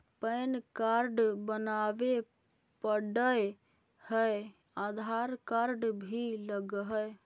Pan card बनावे पडय है आधार कार्ड भी लगहै?